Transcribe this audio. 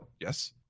Yes